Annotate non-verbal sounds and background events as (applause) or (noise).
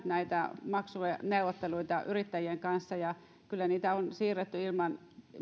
(unintelligible) näitä maksuneuvotteluita yrittäjien kanssa ja kyllä niitä on siirretty ilman lakia